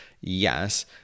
Yes